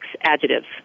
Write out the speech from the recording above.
adjectives